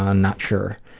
ah not sure.